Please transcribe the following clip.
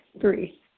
Three